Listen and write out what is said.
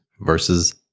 versus